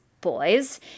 boys